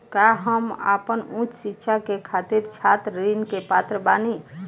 का हम आपन उच्च शिक्षा के खातिर छात्र ऋण के पात्र बानी?